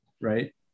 right